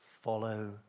follow